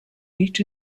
need